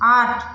আট